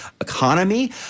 economy